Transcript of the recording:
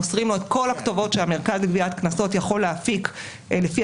מוסרים לו את כל הכתובות שהמרכז לגביית קנסות יכול להפיק לפי